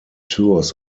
tours